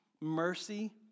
Mercy